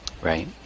Right